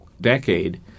decade